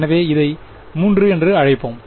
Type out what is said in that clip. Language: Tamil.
எனவே இதை 3 என்று அழைப்போம்